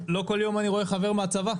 לא כל יום אני רואה חבר מהצבא.